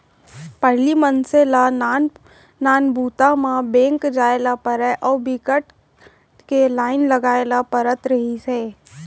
पहिली मनसे ल नान नान बूता म बेंक जाए ल परय अउ बिकट के लाईन लगाए ल परत रहिस हे